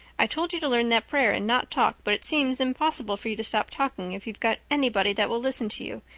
i told you to learn that prayer and not talk. but it seems impossible for you to stop talking if you've got anybody that will listen to you.